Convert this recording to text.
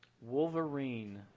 wolverine